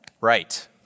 Right